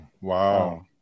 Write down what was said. Wow